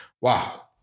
Wow